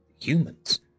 humans